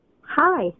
Hi